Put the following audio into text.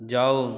जाओ